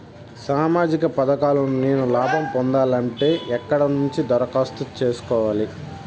సామాజిక పథకాలను నేను లాభం పొందాలంటే ఎక్కడ నుంచి దరఖాస్తు సేసుకోవాలి?